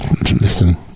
Listen